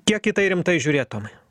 kiek į tai rimtai žiūrėt tomai